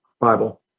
Bible